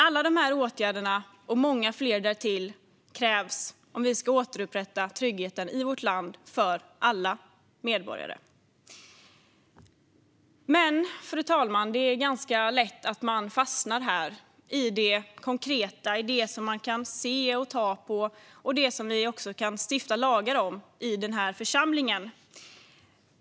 Alla de här åtgärderna, och många fler därtill, krävs om vi ska återupprätta tryggheten i vårt land för alla medborgare. Fru talman! Det blir dock ganska lätt så att man fastnar här - i det konkreta, det som man kan se och ta på och det som vi också kan stifta lagar om i denna församling.